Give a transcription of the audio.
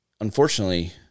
unfortunately